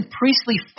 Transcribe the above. priestly